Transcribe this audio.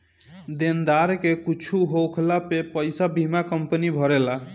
देनदार के कुछु होखला पे पईसा बीमा कंपनी भरेला